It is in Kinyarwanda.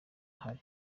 ahari